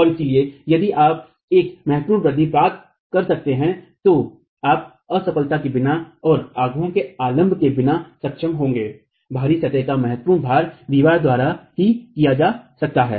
और इसलिए यदि आप एक महत्वपूर्ण वृद्धि प्राप्त कर सकते हैं तो आप असफलता के बिना और आघूर्ण के आलम्ब के बिना सक्षम होंगे बाहरी सतह का महत्वपूर्ण भार दीवार द्वारा ही किया जा सकता है